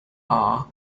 are